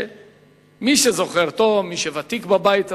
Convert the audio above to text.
מי שזוכר טוב, מי שוותיק בבית הזה,